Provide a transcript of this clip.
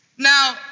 Now